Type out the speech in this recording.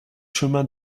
chemin